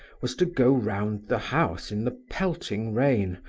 was to go round the house in the pelting rain,